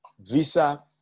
visa